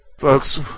Folks